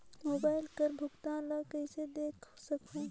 Mobile कर भुगतान ला कइसे देख सकहुं?